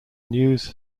news